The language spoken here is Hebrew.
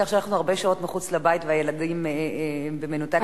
על כך שאנחנו הרבה שעות מחוץ לבית ובמנותק מהילדים.